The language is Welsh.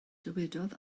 dywedodd